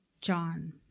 John